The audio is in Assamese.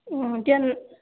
অঁ এতিয়া